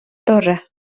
torre